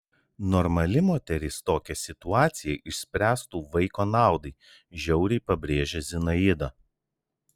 normali moteris tokią situaciją išspręstų vaiko naudai žiauriai pabrėžė zinaida